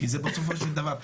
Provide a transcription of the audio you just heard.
כי בזה בסופו של דבר,